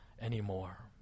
anymore